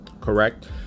Correct